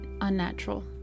unnatural